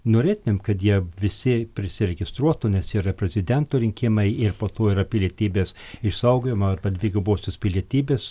norėtumėm kad jie visi prisiregistruotų nes yra prezidento rinkimai ir po to yra pilietybės išsaugojimo arba dvigubosios pilietybės